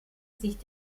sich